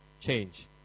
change